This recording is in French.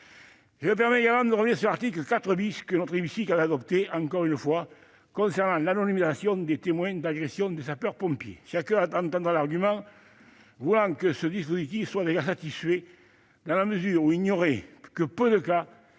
Je me permets également de revenir sur l'article 4 , que notre hémicycle avait adopté et qui concernait l'anonymisation des témoins d'agressions de sapeurs-pompiers. Chacun entendra l'argument selon lequel ce dispositif serait déjà satisfait, dans la mesure où il n'y aurait que peu de cas